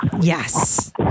yes